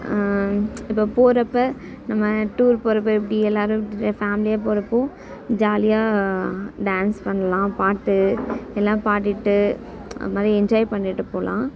இப்போ போறப்போ நம்ம டூர் போறப்போ எப்படி எல்லாரும் விட்டுவிட்டு ஃபேம்லியாக போறப்போ ஜாலியாக டான்ஸ் பண்ணலாம் பாட்டு எல்லாரும் பாடிகிட்டு அது மாதிரி என்ஜாய் பண்ணிகிட்டு போலாம்